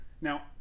now